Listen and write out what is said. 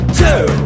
two